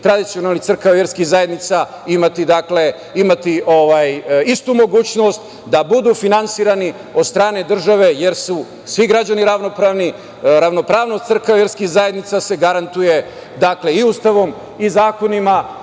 tradicionalnih crkava i verskih zajednica imati istu mogućnost da budu finansirani od strane države jer su svi građani ravnopravni. Ravnopravnost crkava i verskih zajednica se garantuje i Ustavom i zakonima